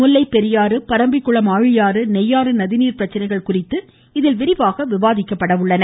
முல்லைப்பெரியாறு பரம்பிக்குளம் ஆழியாறு நெய்யாறு நதிநீர் பிரச்சனைகள் குறித்து இதில் விரிவாக விவாதிக்கப்பட உள்ளன